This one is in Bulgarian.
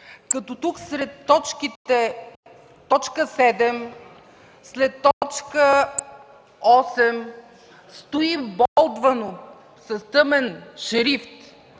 като тук сред точките 7, след точка 8 стои болдвано с тъмен шрифт